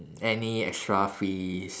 any extra fees